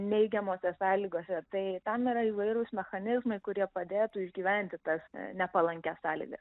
neigiamose sąlygose tai tam yra įvairūs mechanizmai kurie padėtų išgyventi tas nepalankias sąlygas